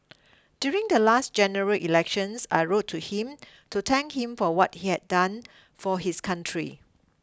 during the last general elections I wrote to him to thank him for what he has done for his country